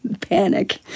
panic